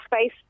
space